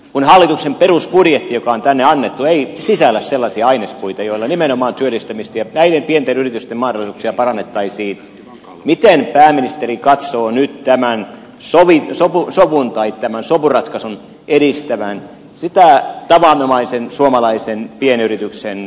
kun hallituksen perusbudjetti joka on tänne annettu ei sisällä sellaisia ainespuita joilla nimenomaan työllistämistä ja näiden pienten yritysten mahdollisuuksia parannettaisiin miten pääministeri katsoo nyt tämän selvitys on sadun tai tämän sopuratkaisun edistävän sitä tavanomaisen suomalaisen pienyrityksen toimintamahdollisuutta